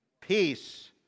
Peace